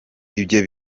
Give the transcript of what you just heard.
ibyo